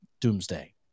Doomsday